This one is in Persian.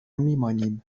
میمانیم